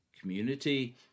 community